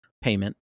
payment